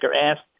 asked